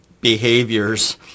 behaviors